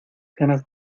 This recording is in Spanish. ganas